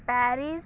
Paris